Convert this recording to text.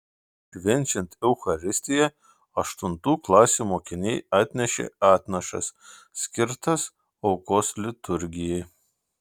švenčiant eucharistiją aštuntų klasių mokiniai atnešė atnašas skirtas aukos liturgijai